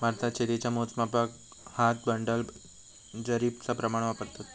भारतात शेतीच्या मोजमापाक हात, बंडल, जरीबचा प्रमाण वापरतत